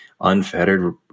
unfettered